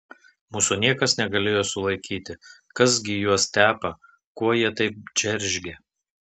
mūsų niekas negalėjo sulaikyti kas gi juos tepa ko jie taip džeržgia